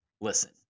listen